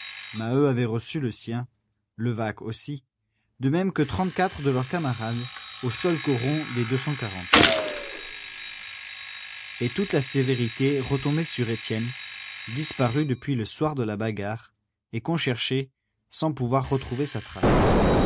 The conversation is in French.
maheu avait reçu le sien levaque aussi de même que trente-quatre de leurs camarades au seul coron des deux cent quarante et toute la sévérité retombait sur étienne disparu depuis le soir de la bagarre et qu'on cherchait sans pouvoir retrouver sa trace